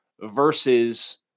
versus